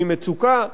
ממצוקה,